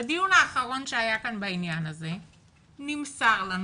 בדיון האחרון שהיה כאן בעניין הזה נמסר לנו